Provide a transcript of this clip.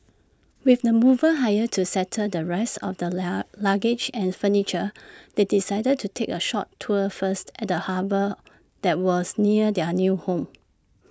with the movers hired to settle the rest of their la luggage and furniture they decided to take A short tour first at the harbour that was near their new home